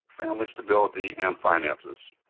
family stability, and finances.